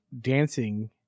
dancing